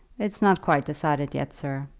it's not quite decided yet, sir.